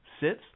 sits